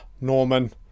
Norman